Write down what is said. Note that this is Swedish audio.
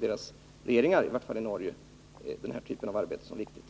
deras regeringar, i varje fall i Norge, att den här typen av arbete är viktigt.